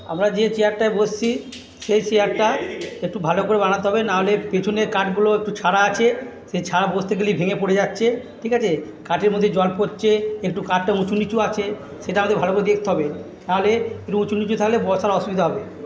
আমরা যে চেয়ারটায় বসছি সেই চেয়ারটা একটু ভালো করে বানাতে হবে নাহলে পেছনের কাঠগুলো একটু ছাড়া আছে সেই বসতে গেলেই ভেঙে পড়ে যাচ্ছে ঠিক আছে কাঠের মধ্যে জল পরছে একটু কাঠটা উঁচু নিচু আছে সেটা আমাদের ভালো করে দেখতে হবে নাহলে একটু উঁচু নিচু থাকলে বসার অসুবিধা হবে